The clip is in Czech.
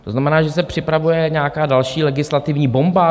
To znamená, že se připravuje nějaká další legislativní bomba?